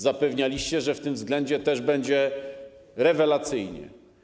Zapewnialiście, że w tym względzie też będzie rewelacyjnie.